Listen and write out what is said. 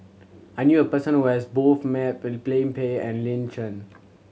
I knew a person who has both met Pan and Lin Chen